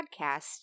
podcast